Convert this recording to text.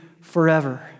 forever